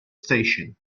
station